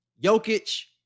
Jokic